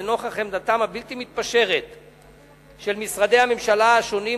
ולנוכח עמדתם הבלתי-מתפשרת של משרדי הממשלה השונים,